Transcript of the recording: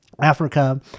Africa